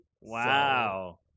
wow